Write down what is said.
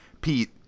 Pete